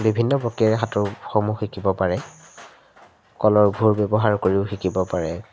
বিভিন্ন প্ৰক্ৰিয়ে সাঁতোৰসমূহ শিকিব পাৰে কলৰ ভূৰ ব্যৱহাৰ কৰিও শিকিব পাৰে